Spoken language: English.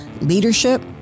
leadership